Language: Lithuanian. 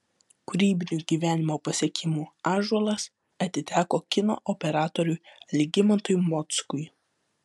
kūrybinių gyvenimo pasiekimų ąžuolas atiteko kino operatoriui algimantui mockui